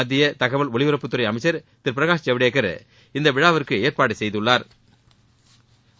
மத்திய தகவல் ஒலிப்பரப்புத்துறை அமைச்சர் திரு பிரகாஷ் ஜவ்டேகர் இந்த விழாவிற்கு ஏற்பாடு செய்துள்ளாா்